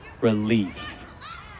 relief